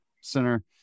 center